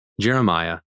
Jeremiah